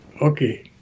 Okay